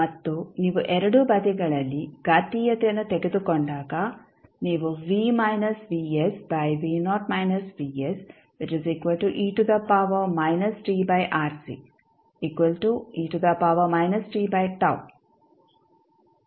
ಮತ್ತು ನೀವು ಎರಡೂ ಬದಿಗಳಲ್ಲಿ ಘಾತೀಯತೆಯನ್ನು ತೆಗೆದುಕೊಂಡಾಗ ನೀವು ಅನ್ನು ಪಡೆಯುತ್ತೀರಿ